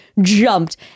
jumped